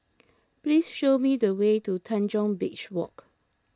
please show me the way to Tanjong Beach Walk